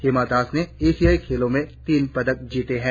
हिमा दास ने एशियाई खेलों में तीन पदक जीते है